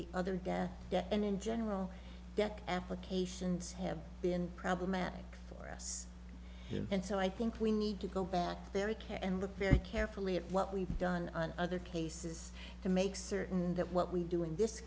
the other data and in general that applications have been problematic here and so i think we need to go back there and look very carefully at what we've done on other cases to make certain that what we do in this